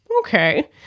Okay